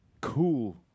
cool